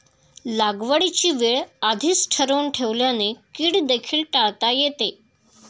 लागवडीची वेळ आधीच ठरवून ठेवल्याने कीड देखील टाळता येते